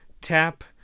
tap